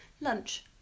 lunch